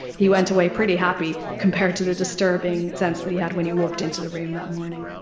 he went away pretty happy compared to the disturbing sense that he had when he walked into the room that morning.